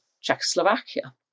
Czechoslovakia